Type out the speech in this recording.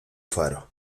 faro